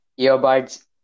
earbuds